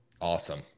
Awesome